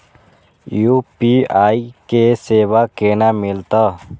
UPI के सेवा केना मिलत?